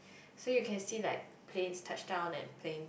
so you can see like planes touch down and planes